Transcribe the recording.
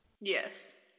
Yes